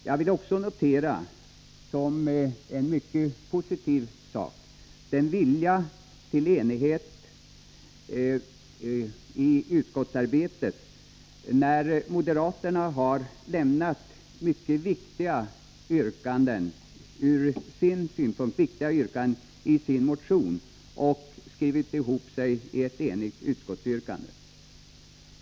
Jag vill också som något mycket positivt notera den vilja till enighet i utskottsarbetet som moderaterna visat när de har frångått från sina utgångspunkter viktiga motionsyrkanden och skrivit ihop sig med utskottet i Övrigt, så att vi fått ett enhälligt utskottsbetänkande.